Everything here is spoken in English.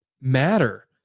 matter